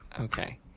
Okay